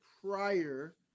prior